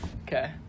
Okay